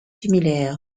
similaires